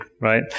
right